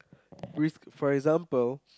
with for example